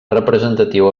representatiu